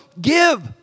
give